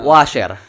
Washer